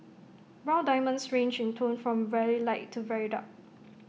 brown diamonds range in tone from very light to very dark